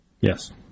Yes